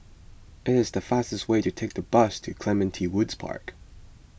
it is faster to take the bus to Clementi Woods Park